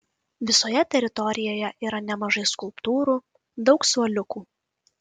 visoje teritorijoje yra nemažai skulptūrų daug suoliukų